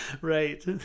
Right